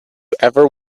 ever